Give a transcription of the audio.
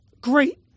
great